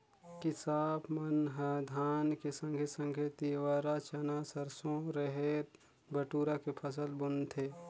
किसाप मन ह धान के संघे संघे तिंवरा, चना, सरसो, रहेर, बटुरा के फसल बुनथें